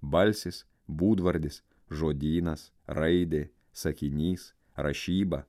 balsis būdvardis žodynas raidė sakinys rašyba